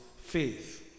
faith